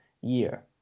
year